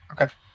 okay